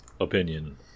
opinion